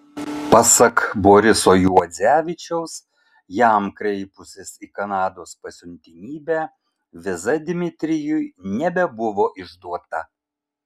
pasak boriso juodzevičiaus jam kreipusis į kanados pasiuntinybę viza dmitrijui nebebuvo išduota